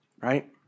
right